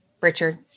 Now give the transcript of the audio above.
Richard